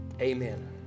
Amen